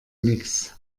nix